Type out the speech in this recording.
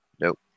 nope